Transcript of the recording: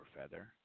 feather